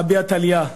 הא בהא תליא.